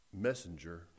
messenger